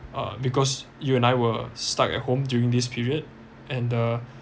uh because you and I were stuck at home during this period and the